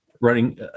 running